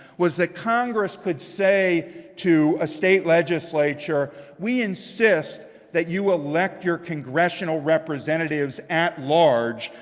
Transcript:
was that congress could say to a state legislature, we insist that you elect your congressional representatives at large,